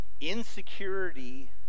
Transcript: insecurity